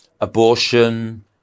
abortion